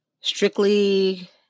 strictly